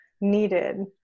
needed